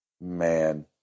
Man